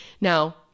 Now